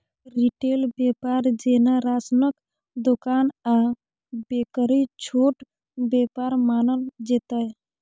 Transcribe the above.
retail बेपार जेना राशनक दोकान आ बेकरी छोट बेपार मानल जेतै